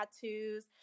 tattoos